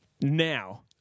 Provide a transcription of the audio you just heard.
now